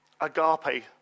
Agape